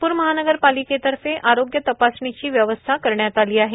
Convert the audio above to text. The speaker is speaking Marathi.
नागपूर महानगरपालिकेतर्फे आरोग्य तपासणीची व्यवस्था करण्यात आली आहे